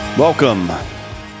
Welcome